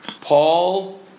Paul